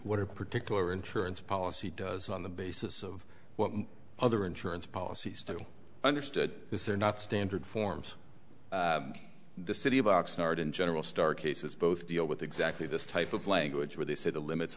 what a particular insurance policy does on the basis of what other insurance policies to understood is there not standard forms the city of oxnard in general stark cases both deal with exactly this type of language where they say the limits